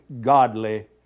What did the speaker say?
godly